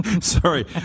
Sorry